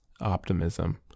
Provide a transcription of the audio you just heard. optimism